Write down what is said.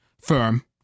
firm